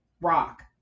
rock